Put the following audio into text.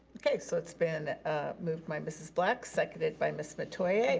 okay so it's been moved by mrs. black, seconded by ms. metoyer.